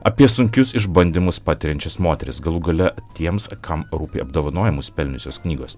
apie sunkius išbandymus patiriančias moteris galų gale tiems kam rūpi apdovanojimus pelniusios knygos